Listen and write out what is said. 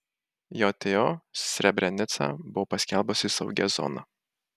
jto srebrenicą buvo paskelbusi saugia zona